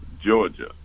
georgia